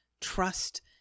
trust